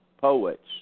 poets